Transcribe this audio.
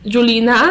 Julina